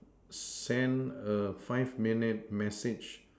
send a five minute message